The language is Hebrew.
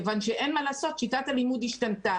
מכיוון שאין מה לעשות שיטת הלימוד השתנתה